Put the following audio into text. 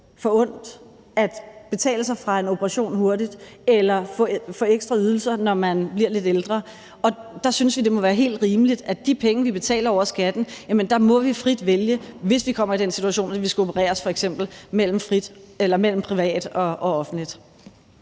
forundt at betale sig til en hurtig operation eller få ekstra ydelser, når de bliver lidt ældre, og der synes vi, at det må være helt rimeligt, at vi med de penge, vi betaler over skatten, frit må kunne vælge, hvis vi kommer i den situation, at vi skal opereres f.eks., mellem privat og offentligt.